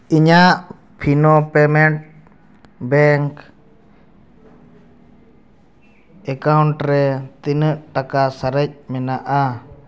ᱤᱧᱟᱹᱜ Fino payment bank account ᱨᱮ ᱛᱤᱱᱟᱹᱜ ᱴᱟᱠᱟ ᱥᱟᱨᱮᱡ ᱢᱮᱱᱟᱜᱼᱟ